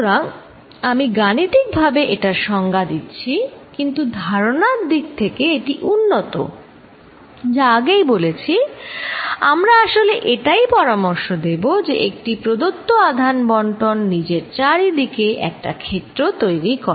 সুতরাং আমি গাণিতিকভাবে এটার সংজ্ঞা দিচ্ছি কিন্তু ধারনার দিক থেকে এটি উন্নত যা আগেই বলেছি আমরা আসলে এটাই পরামর্শ দেব যে একটি প্রদত্ত আধান বন্টন নিজের চারিদিকে একটা ক্ষেত্র তৈরি করে